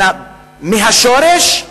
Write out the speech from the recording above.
מהשורש,